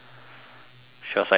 she was like faeces